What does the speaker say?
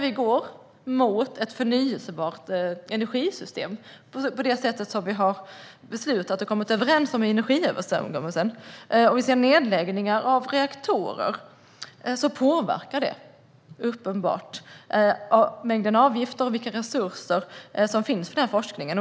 Vi går nu mot ett system med förnybar energi, som vi har beslutat och kommit överens om i energiöverenskommelsen, och vi ser nedläggningar av reaktorer. Detta påverkar uppenbart avgiftsbeloppet och vilka resurser som finns för denna forskning.